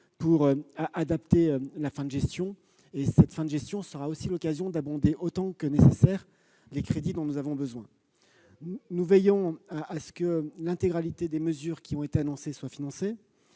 pour adapter la fin de gestion. Cette dernière sera aussi l'occasion d'augmenter autant que nécessaire les crédits dont nous avons besoin. Nous veillons à ce que toutes les mesures qui ont été annoncées soient financées.